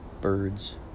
birds